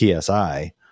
PSI